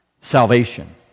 salvation